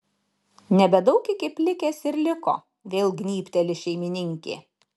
nebedaug iki plikės ir liko vėl gnybteli šeimininkė